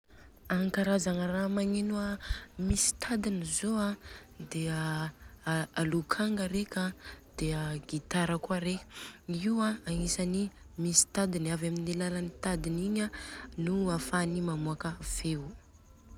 Ankarazagna ra magneno misy tadiny zô an de a lokanga reka an, de a gitara kôa reka, io agnisany misy tadidiny, avy amin'ny alalan'ny tadiny igny an nô ahafahany mamoaka feo.